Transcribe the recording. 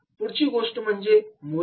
पुढची गोष्ट म्हणजे मूल्य